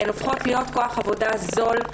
הן הופכות להיות כוח עבודה זול.